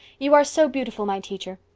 you are so beautiful, my teacher.